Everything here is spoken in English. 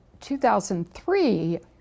2003